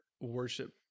worship